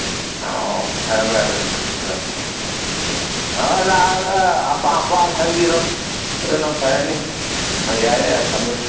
ꯑꯧ ꯐꯔꯦ ꯐꯔꯦ ꯎꯝ ꯑꯥ ꯂꯥꯛꯑꯒ ꯑꯄꯥꯝ ꯑꯄꯥꯝꯕ ꯈꯟꯕꯤꯔꯣ ꯑꯗꯨꯅ ꯐꯔꯅꯤ ꯑꯣ ꯌꯥꯔꯦ ꯌꯥꯔꯦ ꯊꯝꯕꯤꯔꯣ